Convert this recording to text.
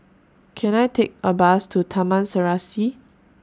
Can I Take A Bus to Taman Serasi